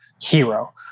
hero